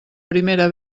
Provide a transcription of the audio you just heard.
primera